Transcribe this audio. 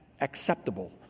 acceptable